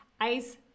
ice